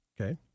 Okay